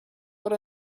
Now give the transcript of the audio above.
but